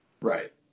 Right